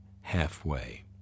halfway